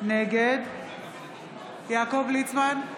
נגד יעקב ליצמן,